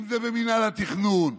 אם זה במינהל התכנון,